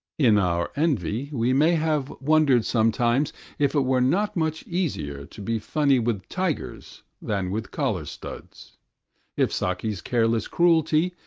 in our envy we may have wondered sometimes if it were not much easier to be funny with tigers than with collar-studs if saki's careless cruelty,